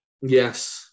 Yes